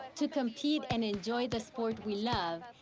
to compete and enjoy the sport we love,